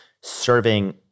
serving